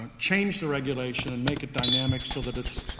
um change the regulation and make it dynamic so that it's,